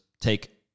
take